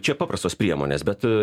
čia paprastos priemonės bet